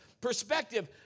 Perspective